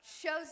shows